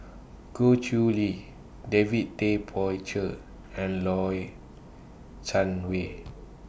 Goh Chiew Lye David Tay Poey Cher and Low Sanmay